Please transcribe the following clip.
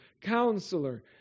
Counselor